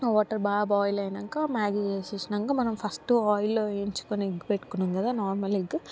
water బాగా boil అయినాక Maggi వేసేసినాక మనం ఫస్టు ఆయిలు వేయించుకొని ఎగ్ పెట్టుకున్నాం కదా నార్మల్ ఎగ్